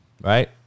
right